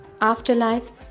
afterlife